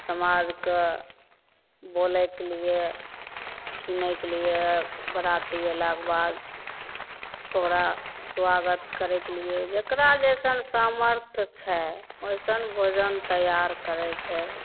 समाजके बोलैके लिए किनैके लिए बाराती अएलाके बाद ओकरा सुआगत करैके लिए जकरा जइसन सामर्थ छै ओइसन भोजन तैआर करैके हइ